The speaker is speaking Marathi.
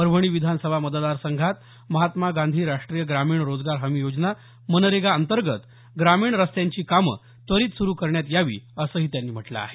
परभणी विधानसभा मतदार संघात महात्मा गांधी राष्ट्रीय ग्रामीण रोजगार हमी योजना मनरेगा अंतर्गत ग्रामीण रस्त्यांची कामं त्वरित सुरू करण्यात यावी असंही त्यांनी म्हटलं आहे